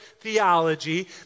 theology